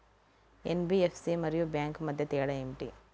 NBFC మరియు bank మధ్య తేడా ఏమిటీ?